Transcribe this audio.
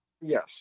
Yes